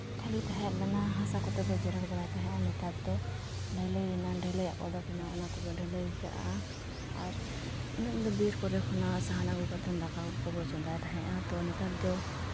ᱠᱷᱟᱹᱞᱤ ᱛᱟᱦᱮᱸᱞᱮᱱᱟ ᱦᱟᱥᱟ ᱠᱚᱛᱮ ᱵᱚ ᱡᱮᱨᱮᱲ ᱵᱟᱲᱟᱭ ᱛᱟᱦᱮᱸᱜᱼᱟ ᱟᱨ ᱱᱮᱛᱟᱨ ᱫᱚ ᱰᱷᱟᱹᱞᱟᱹᱭᱮᱱᱟ ᱰᱷᱟᱹᱞᱟᱹᱭᱟᱜ ᱩᱰᱩᱠᱮᱱᱟ ᱚᱱᱟ ᱠᱚᱵᱚ ᱰᱷᱟᱹᱞᱟᱹᱭᱟᱠᱟᱜᱼᱟ ᱟᱨ ᱩᱱᱟᱹᱜ ᱫᱤᱱ ᱫᱚ ᱵᱤᱨ ᱠᱚᱨᱮ ᱠᱷᱚᱱᱟᱜ ᱥᱟᱦᱟᱱ ᱟᱹᱜᱩ ᱠᱟᱛᱮᱫ ᱫᱟᱠᱟ ᱠᱚᱵᱚ ᱪᱚᱸᱫᱟᱭ ᱛᱟᱦᱮᱸᱜᱼᱟ ᱛᱚ ᱱᱮᱛᱟᱨ ᱫᱚ